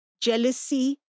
jealousy